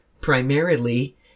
primarily